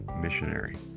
missionary